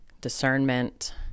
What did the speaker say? discernment